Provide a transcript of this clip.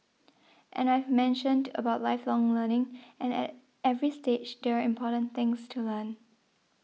and I've mentioned about lifelong learning and at every stage there are important things to learn